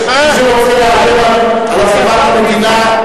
מי שרוצה לאיים בעזיבת המדינה,